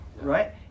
right